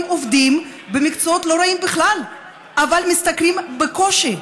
עובדים במקצועות לא רעים בכלל אבל משתכרים בקושי.